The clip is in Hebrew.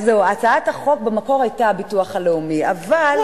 אז זהו, הצעת החוק במקור היתה הביטוח הלאומי, אבל